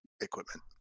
equipment